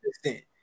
assistant